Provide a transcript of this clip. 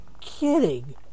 kidding